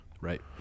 Right